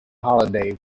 holiday